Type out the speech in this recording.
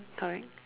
correct